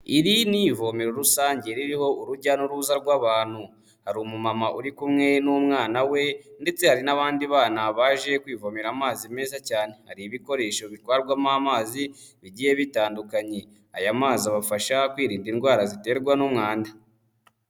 Iri ni ivomero rusange ririho urujya n'uruza rw'abantu, hari umumama uri kumwe n'umwana we ndetse hari n'abandi bana baje kwivomera amazi meza cyane, hari ibikoresho bitwarwamo amazi bigiye bitandukanye, aya mazi abafasha kwirinda indwara ziterwa n'umwanda.